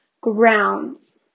grounds